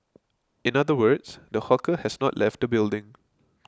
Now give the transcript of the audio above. in other words the hawker has not left the building